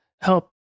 help